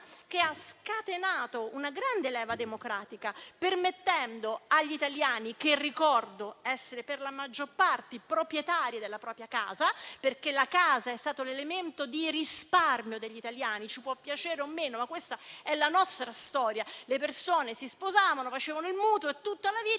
che ha scatenato una grande leva democratica. Ricordo che gli italiani sono per la maggior parte proprietari della propria casa, perché la casa è stato l'elemento di risparmio degli italiani. Ci può piacere o no, ma questa è la nostra storia: le persone si sposavano, accendevano il mutuo per tutta la vita